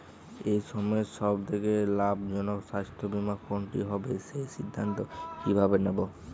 এই সময়ের সব থেকে লাভজনক স্বাস্থ্য বীমা কোনটি হবে সেই সিদ্ধান্ত কীভাবে নেব?